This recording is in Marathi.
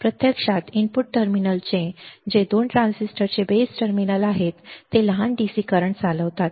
प्रत्यक्षात इनपुट टर्मिनल जे 2 ट्रान्झिस्टरचे बेस टर्मिनल आहेत ते लहान DC करंट चालवतात